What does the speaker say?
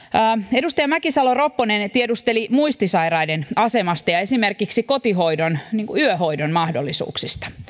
edustaja mäkisalo ropponen tiedusteli muistisairaiden asemasta ja esimerkiksi kotihoidon yöhoidon mahdollisuuksista